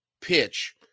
pitch